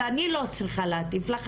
ואני לא צריכה להטיף לך,